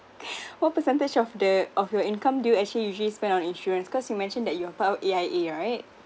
what percentage of the of your income do you actually usually spend on insurance cause you mentioned that you are part of A_I_A right